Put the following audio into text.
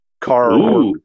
car